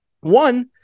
one